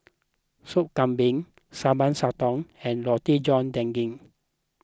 Sop Kambing Sambal Sotong and Roti John Daging